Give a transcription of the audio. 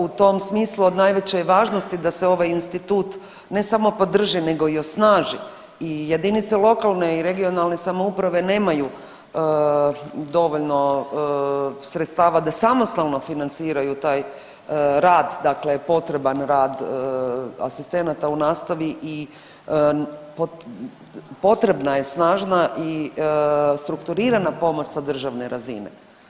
U tom smislu od najveće je važnosti da se ovaj institut ne samo podrži, nego i osnaži i jedinice lokalne i regionalne samouprave nemaju dovoljno sredstava da samostalno financiraju taj rad, dakle potreban rad asistenata u nastavi i potrebna je snažna i strukturirana pomoć sa državne razine.